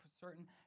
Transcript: certain